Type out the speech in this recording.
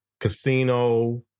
casino